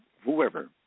whoever